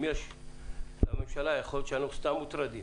אם יש לממשלה יכול להיות שאנחנו סתם מוטרדים,